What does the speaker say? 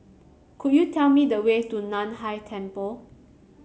could you tell me the way to Nan Hai Temple